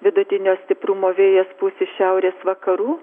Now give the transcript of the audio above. vidutinio stiprumo vėjas pūs iš šiaurės vakarų